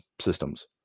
systems